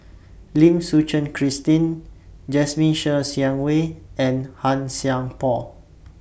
Lim Suchen Christine Jasmine Ser Xiang Wei and Han Sai Por